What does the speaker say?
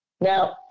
Now